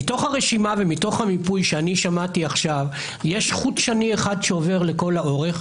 מתוך הרשימה ומתוך המיפוי ששמעתי עכשיו יש חוט שני שעובר לכל האורך,